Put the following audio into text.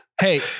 Hey